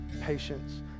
patience